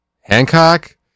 Hancock